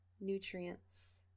nutrients